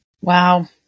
Wow